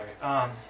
sorry